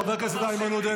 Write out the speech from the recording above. חבר הכנסת איימן עודה,